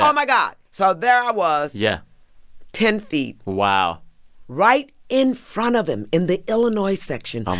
um my god. so there i was. yeah ten feet. wow right in front of him, in the illinois section, um